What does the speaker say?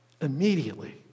Immediately